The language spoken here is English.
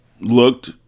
looked